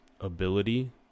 ability